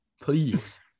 Please